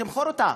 תמכור אותה.